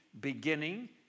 beginning